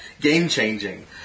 game-changing